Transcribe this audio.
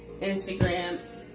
Instagram